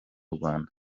rwanda